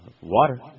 Water